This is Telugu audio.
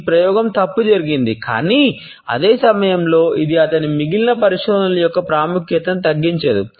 ఈ ప్రయోగం తప్పు జరిగింది కానీ అదే సమయంలో ఇది అతని మిగిలిన పరిశోధనల యొక్క ప్రాముఖ్యతను తగ్గించదు